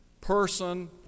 person